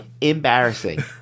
embarrassing